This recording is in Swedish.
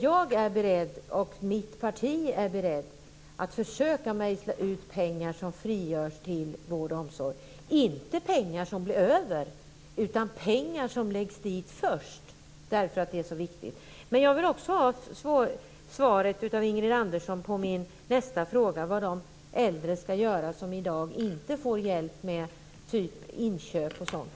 Jag och mitt parti är beredda att försöka mejsla ut och frigöra pengar till vård och omsorg. Det handlar inte om pengar som blir över, utan om pengar som läggs dit först. Detta är nämligen så viktigt.